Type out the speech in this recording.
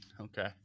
Okay